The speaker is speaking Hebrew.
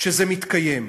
שזה מתקיים.